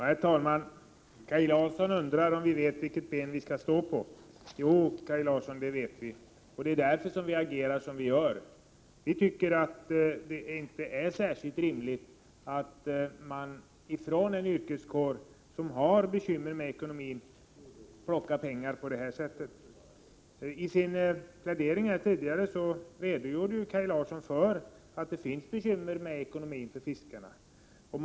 Herr talman! Kaj Larsson undrar om vi vet vilket ben vi skall stå på. Jo, Kaj Larsson, det vet vi, och det är därför som vi agerar som vi gör. Vi tycker inte det är särskilt rimligt att man från en yrkeskår som har bekymmer med ekonomi plockar bort pengar på detta vis. I sin plädering tidigare redogjorde Kaj Larsson för de ekonomiska bekymmer som fiskarna har.